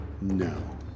No